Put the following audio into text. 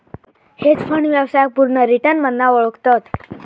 hedge fund व्यवसायाक पुर्ण return मधना ओळखतत